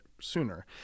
sooner